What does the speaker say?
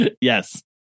Yes